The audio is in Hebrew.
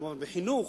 כמובן בחינוך,